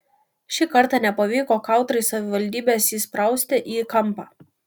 šį kartą nepavyko kautrai savivaldybės įsprausti į kampą